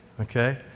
Okay